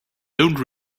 don’t